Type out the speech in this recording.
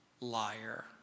liar